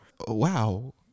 Wow